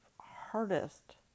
hardest